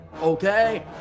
Okay